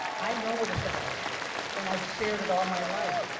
i know what it's about and i've shared it all my life.